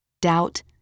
Doubt